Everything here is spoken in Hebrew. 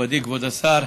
מכובדי כבוד השר,